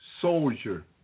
soldier